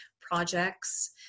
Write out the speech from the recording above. projects